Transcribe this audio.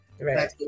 Right